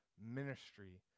ministry